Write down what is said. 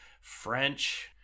French